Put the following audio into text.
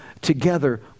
together